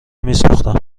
میسوختم